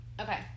Okay